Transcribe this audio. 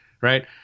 right